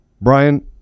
Brian